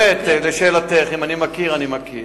לשאלתך, אם אני מכיר, אני מכיר.